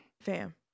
Fam